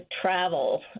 travel